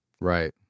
Right